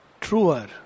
truer